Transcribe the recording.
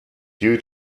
due